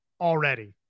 already